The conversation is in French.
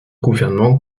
gouvernement